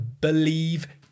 believe